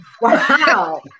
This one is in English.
wow